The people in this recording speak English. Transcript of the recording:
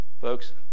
Folks